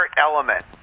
element